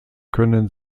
können